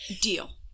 Deal